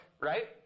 right